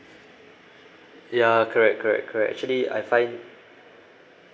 ya correct correct correct actually I find